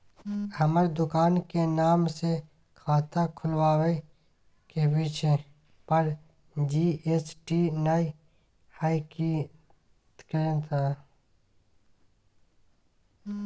हमर दुकान के नाम से खाता खुलवाबै के छै पर जी.एस.टी नय हय कि करे परतै?